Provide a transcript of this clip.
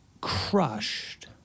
crushed